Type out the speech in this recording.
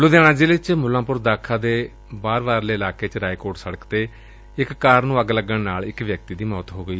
ਲੁਧਿਆਣੇ ਜ਼ਿਲ਼ੇ ਵਿਚ ਮੁਲਾਂਪੁਰ ਦਾਖਾ ਦੇ ਬਾਹਰੀ ਇਲਾਕੇ ਚ ਰਾਏਕੋਟ ਸੜਕ ਤੇ ਇਕ ਕਾਰ ਨੰ ਅੱਗ ਲੱਗਣ ਕਾਰਨ ਇਕ ਵਿੱਅਕਤੀ ਦੀ ਮੌਤ ਹੋ ਗਈ